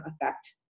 effect